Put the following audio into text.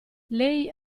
lei